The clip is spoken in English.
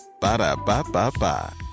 Ba-da-ba-ba-ba